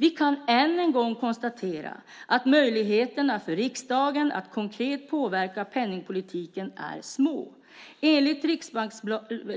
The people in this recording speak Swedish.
Vi kan än en gång konstatera att möjligheterna för riksdagen att konkret påverka penningpolitiken är små. Enligt